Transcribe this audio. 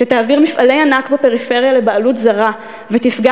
שתעביר מפעלי ענק בפריפריה לבעלות זרה ותפגע